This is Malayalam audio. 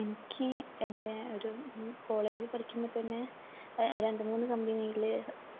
എനിക്ക് എൻ്റെ ഒരു കോളേജിൽ പഠിക്കുമ്പോൾ തന്നെ രണ്ടുമൂന്നു കമ്പനിയിൽ